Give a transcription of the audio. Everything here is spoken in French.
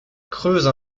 creuse